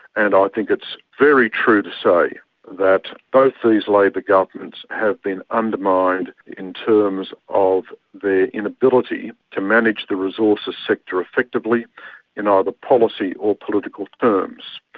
and i think it's very true to say that both these labor governments have been undermined in terms of their inability to manage the resources sector effectively in either policy or political terms.